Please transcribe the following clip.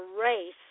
race